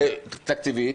תקציבית.